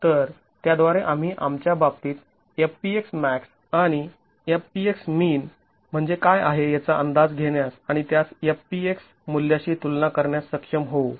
तर त्याद्वारे आम्ही आमच्या बाबतीत Fpxmax आणि Fp xmin म्हणजे काय आहे याचा अंदाज घेण्यास आणि त्यास F px मूल्याशी तुलना करण्यास सक्षम होऊ